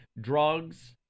drugs